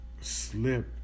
slip